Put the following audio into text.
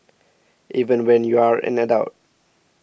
even when you're an adult